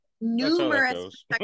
numerous